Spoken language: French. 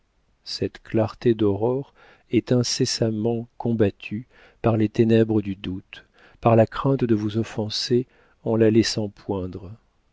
cette clarté d'aurore est incessamment combattue par les ténèbres du doute par la crainte de vous offenser en la laissant poindre